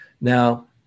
Now